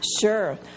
Sure